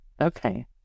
Okay